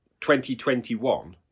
2021